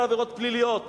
על עבירות פליליות.